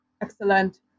Excellent